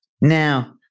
Now